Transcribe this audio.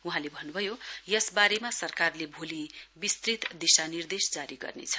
वहाँले भन्नुभयो यसवारेमा सरकारले भोलि विस्तृत दिशा निर्देश जारी गर्नेछ